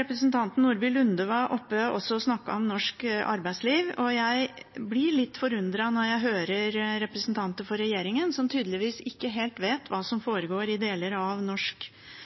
representanten Nordby Lunde var oppe og snakket om norsk arbeidsliv. Jeg blir litt forundret når jeg hører representanter for regjeringspartiene som tydeligvis ikke helt vet hva som foregår i deler av norsk